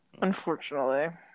Unfortunately